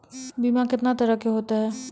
बीमा कितने तरह के होते हैं?